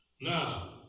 Now